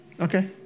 Okay